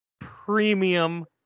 premium